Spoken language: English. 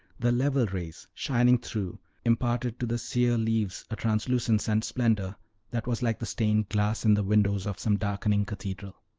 the level rays shining through imparted to the sere leaves a translucence and splendor that was like the stained glass in the windows of some darkening cathedral.